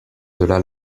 delà